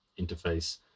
interface